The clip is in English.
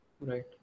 Right